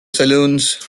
saloons